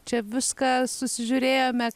čia viską susižiūrėjome